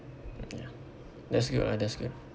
ya that's good ah that's good